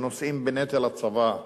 שנושאים בנטל הצבא,